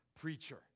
preacher